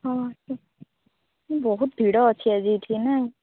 ହଁ ବହୁତ ଭିଡ଼ ଅଛି ଆଜି ଏଠି ନା